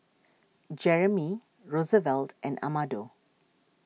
Jeramie Rosevelt and Amado